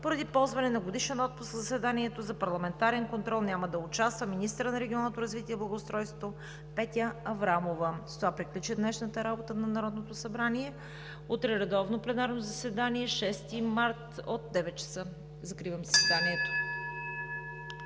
Поради ползване на годишен отпуск в заседанието за парламентарен контрол няма да участва министърът на регионалното развитие и благоустройството Петя Аврамова. С това приключи днешната работа на Народното събрание. Утре редовно пленарно заседание – 6 март 2020 г., от 9,00 ч. (Закрито